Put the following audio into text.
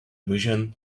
vision